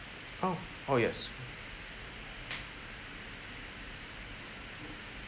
oh oh yes